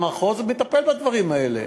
המחוז מטפל בדברים האלה.